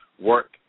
work